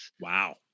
Wow